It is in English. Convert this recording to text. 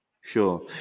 Sure